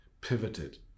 pivoted